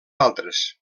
altres